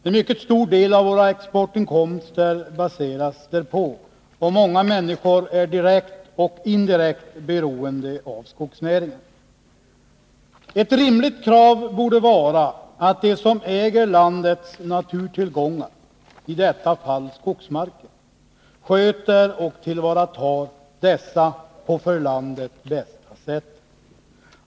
En mycket stor del av våra exportinkomster baseras därpå, och många människor är direkt eller indirekt beroende av skogsnäringen. Ett rimligt krav borde vara att de som äger landets naturtillgångar, i detta fall skogsmarken, sköter och tillvaratar dessa på det för landet bästa sättet.